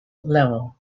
level